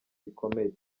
bikomeye